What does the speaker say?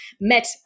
met